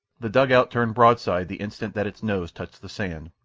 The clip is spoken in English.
the dugout turned broadside the instant that its nose touched the sand,